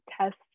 test